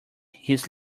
his